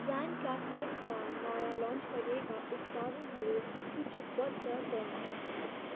brand क्लास्मेटका नयाँ launch गरिएका उत्पादनहरू सूचीबद्ध गर्नुहोस्